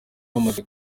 bamaze